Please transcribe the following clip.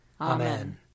Amen